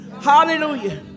Hallelujah